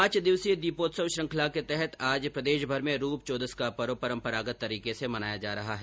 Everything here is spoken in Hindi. पांच दिवसीय दीपोत्सव श्रृंखला के तहत आज प्रदेशभर में रूप चौदस का पर्व परम्परागत तरीके से मनाया जा रहा है